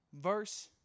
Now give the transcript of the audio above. Verse